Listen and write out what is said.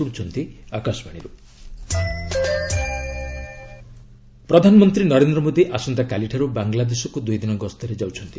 PM visit ପ୍ରଧାନମନ୍ତ୍ରୀ ନରେନ୍ଦ୍ର ମୋଦୀ ଆସନ୍ତାକାଲିଠାରୁ ବାଙ୍ଗଲାଦେଶକୁ ଦୁଇଦିନ ଗସ୍ତରେ ଯାଉଛନ୍ତି